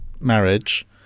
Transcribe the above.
marriage